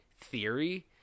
theory